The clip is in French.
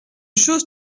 chose